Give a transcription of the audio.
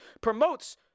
promotes